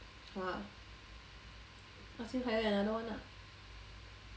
!huh! ask him hire another one lah